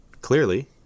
clearly